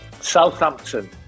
Southampton